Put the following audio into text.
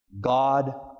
God